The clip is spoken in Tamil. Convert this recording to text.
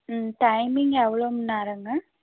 ம் டைமிங் எவ்வளோ மண்நேரங்க